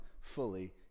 fully